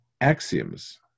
axioms